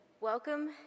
Welcome